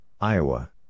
Iowa